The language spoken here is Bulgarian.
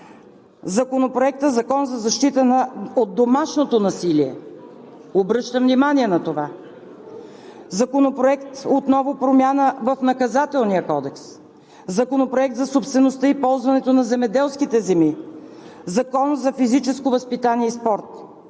Законопроектът за Закон за защита от домашното насилие – обръщам внимание на това, Законопроектът – отново за промяна в Наказателния кодекс; Законопроектът за собствеността и ползването на земеделските земи; Законът за физическото възпитание и спорт.